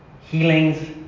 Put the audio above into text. healings